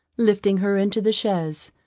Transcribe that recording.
lifting her into the chaise.